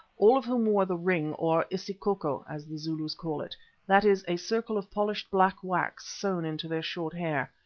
all of whom wore the ring or isicoco, as the zulus call it that is, a circle of polished black wax sewn into their short hair.